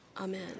Amen